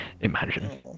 imagine